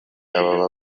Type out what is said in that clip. aba